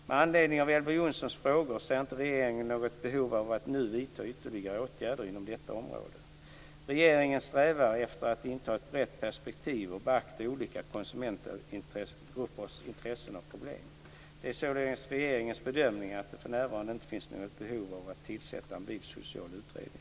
Med anledning av Elver Jonssons frågor ser inte regeringen något behov av att nu vidta ytterligare åtgärder inom detta område. Regeringen strävar efter att inta ett brett perspektiv och att beakta olika konsumentgruppers intressen och problem. Det är således regeringens bedömning att det för närvarande inte finns något behov av att tillsätta en bilsocial utredning.